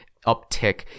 uptick